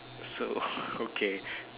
so okay